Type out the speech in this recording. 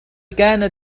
كانت